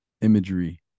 imagery